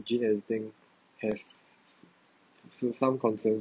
gene editing has som~ some concerns